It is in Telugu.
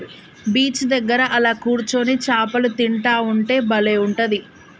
బీచ్ దగ్గర అలా కూర్చొని చాపలు తింటా ఉంటే బలే ఉంటది